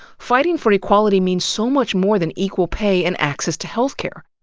fighting for equality means so much more than equal pay and access to health care.